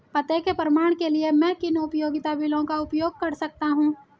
पते के प्रमाण के लिए मैं किन उपयोगिता बिलों का उपयोग कर सकता हूँ?